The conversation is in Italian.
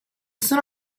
sono